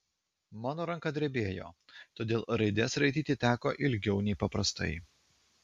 mano ranka drebėjo todėl raides raityti teko ilgiau nei paprastai